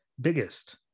Biggest